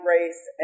Race